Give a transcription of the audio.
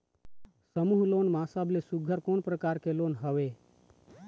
समूह लोन मा सबले सुघ्घर कोन प्रकार के लोन हवेए?